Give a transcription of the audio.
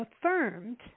affirmed